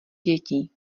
dětí